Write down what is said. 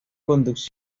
conducción